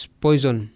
poison